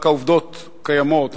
רק העובדות קיימות,